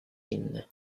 zimne